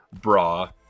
bra